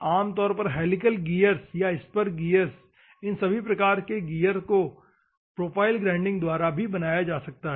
आम तौर पर हेलिकल गियर्स या स्पर गियर्स इन सभी प्रकार के गियर्स को प्रोफाइल ग्राइंडिंग द्वारा भी बनाया जा सकता है